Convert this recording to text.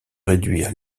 réduire